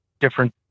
different